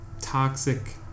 toxic